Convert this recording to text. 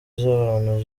z’abantu